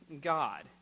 God